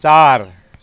चार